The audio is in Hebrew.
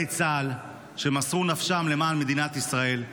צה"ל שמסרו נפשם למען מדינת ישראל,